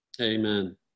Amen